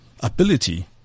ability